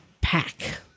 Pack